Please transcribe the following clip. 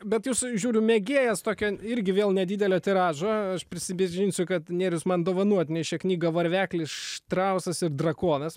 bet jūs žiūriu mėgėjas tokio irgi vėl nedidelio tiražo prisipažinsiu kad nėrius man dovanų atnešė knygą varveklis štrausas ir drakonas